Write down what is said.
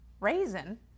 raisin